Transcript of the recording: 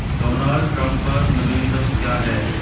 Donald Trump पर नवीनतम क्या है